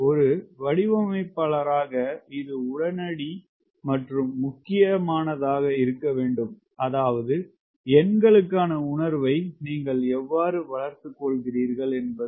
ஒரு வடிவமைப்பாளராக இது உடனடி மற்றும் முக்கியமானதாக இருக்க வேண்டும் அதாவது எண்களுக்கான உணர்வை நீங்கள் எவ்வாறு வளர்த்துக் கொள்கிறீர்கள் என்பது